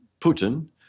Putin